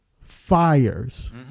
fires